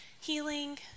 healing